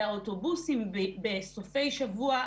והאוטובוסים בסופי שבוע,